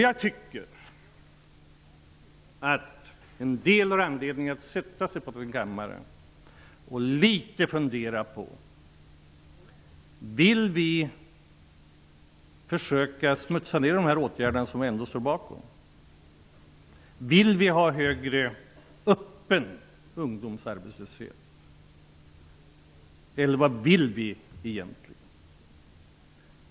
Jag tycker att en del har anledning att sätta sig på sin kammare och fundera litet över om de vill smutsa ner dessa åtgärder som man ändå står bakom, om de vill ha en högre öppen ungdomsarbetslöshet eller vad de egentligen vill.